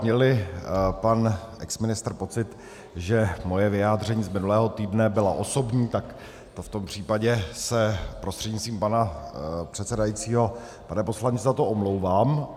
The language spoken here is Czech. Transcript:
Mělli pan exministr pocit, že moje vyjádření z minulého týdne bylo osobní, tak v tom případě se prostřednictvím pana předsedajícího, pane poslanče, za to omlouvám.